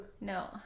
No